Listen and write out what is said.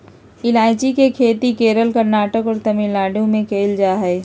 ईलायची के खेती केरल, कर्नाटक और तमिलनाडु में कैल जा हइ